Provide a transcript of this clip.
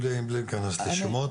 בלי להיכנס לשמות,